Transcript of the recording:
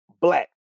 black